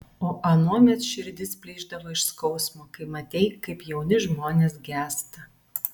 o anuomet širdis plyšdavo iš skausmo kai matei kaip jauni žmonės gęsta